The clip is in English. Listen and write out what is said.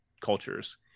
cultures